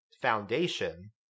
foundation